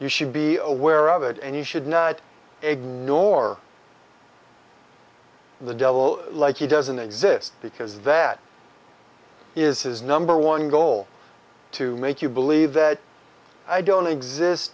you should be aware of it and you should not ignore the devil like he doesn't exist because that is his number one goal to make you believe that i don't exist